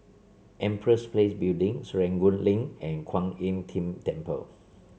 Empress Place Building Serangoon Link and Kwan Im Tng Temple